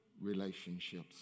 relationships